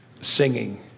singing